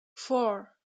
four